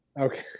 Okay